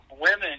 women